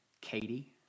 Katie